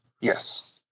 Yes